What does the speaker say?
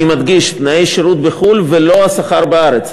אני מדגיש: תנאי שירות בחו"ל, ולא השכר בארץ.